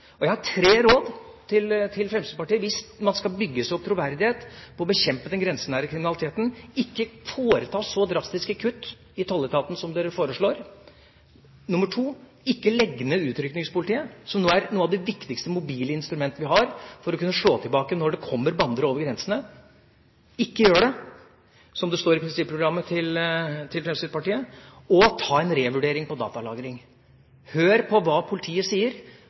Jeg har tre råd til Fremskrittspartiet hvis man skal bygge seg opp troverdighet når det gjelder å bekjempe den grensenære kriminaliteten: Ikke foreta så drastiske kutt i tolletaten som dere foreslår. Ikke legg ned utrykningspolitiet, som nå er noe av det viktigste mobile instrumentet vi har for å kunne slå tilbake når det kommer bander over grensene. Ikke gjør det, som det står i prinsipprogrammet til Fremskrittspartiet. Ta en revurdering av datalagring. Hør på hva politiet sier